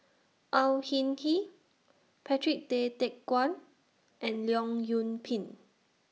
Au Hing Yee Patrick Tay Teck Guan and Leong Yoon Pin